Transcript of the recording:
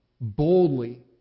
boldly